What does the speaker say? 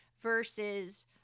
versus